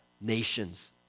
nations